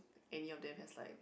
any of them has like